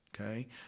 okay